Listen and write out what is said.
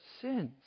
sins